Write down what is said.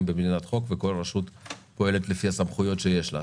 במדינת חוק וכל רשות פועלת לפי הסמכויות שיש לה.